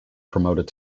promoted